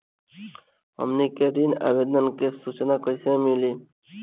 हमनी के ऋण आवेदन के सूचना कैसे मिली?